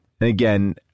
again